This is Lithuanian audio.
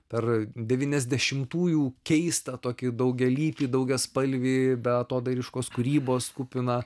per devyniasdešimtųjų keistą tokį daugialypį daugiaspalvį beatodairiškos kūrybos kupiną